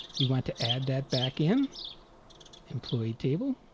we want to add that back in employee table